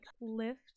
lift